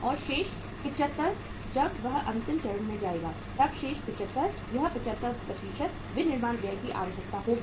और शेष 75 जब वह अंतिम चरण में जाएगा तब शेष 75 यह 75 विनिर्माण व्यय की आवश्यकता होगी